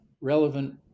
relevant